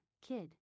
kid